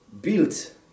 built